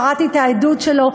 וקראתי את העדות שלו.